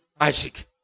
Isaac